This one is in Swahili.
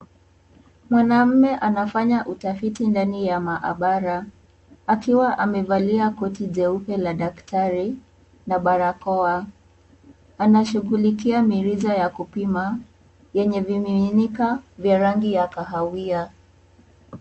Mwanamme anafanya utafiti ndani ya maabara, akiwa amevalia koti jeupe la daktari na barakoa. Anashughulikia mirija ya kupima yenye vimiminika vya rangi ya kahawia.